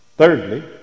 Thirdly